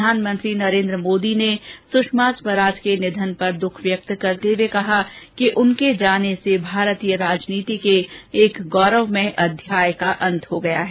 प्रधानमंत्री नरेन्द्र मोदी ने सुषमा स्वराज के निधन पर दुख व्यक्त करते हुए कहा कि उनके जाने से भारतीय राजनीति के एक गौरवमय अध्याय का अंत हो गया है